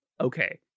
okay